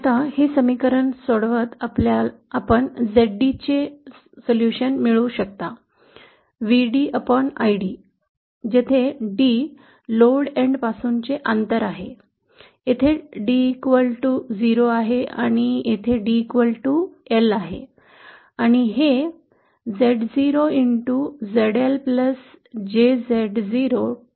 आता हे समीकरण सोडवत आपण Zd चे समाधान मिळवू शकता VdId Zd समाधान मिळवू शकता जेथे d येथे लोड एन्डपासूनचे अंतर आहे येथे d0 आणि येथे dL समान आहे